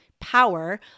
power